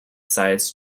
sites